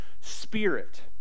spirit